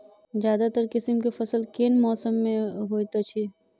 ज्यादातर किसिम केँ फसल केँ मौसम मे होइत अछि?